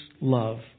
love